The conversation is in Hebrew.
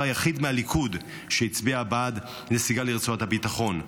היחיד מהליכוד שהצביע בעד הנסיגה לרצועת הביטחון.